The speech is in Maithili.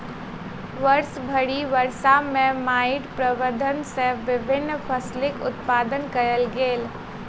वर्षभरि वर्ष में माइट प्रबंधन सॅ विभिन्न फसिलक उत्पादन कयल गेल